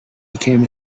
became